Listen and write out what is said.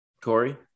Corey